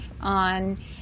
on